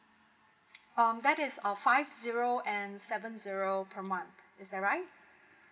um that is uh five zero and seven zero per month is that right